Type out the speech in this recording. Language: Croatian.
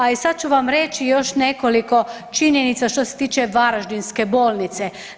A i sad ću vam reći još nekoliko činjenica što se tiče Varaždinske bolnice.